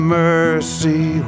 mercy